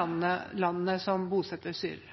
landene